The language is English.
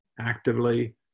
actively